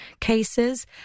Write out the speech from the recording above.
cases